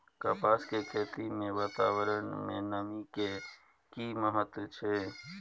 कपास के खेती मे वातावरण में नमी के की महत्व छै?